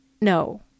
no